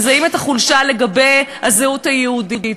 מזהים את החולשה לגבי הזהות היהודית.